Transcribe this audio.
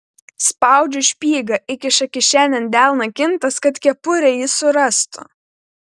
spaudžiu špygą įkiša kišenėn delną kintas kad kepurę ji surastų